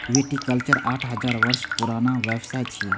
viticulture आठ हजार वर्ष पुरान व्यवसाय छियै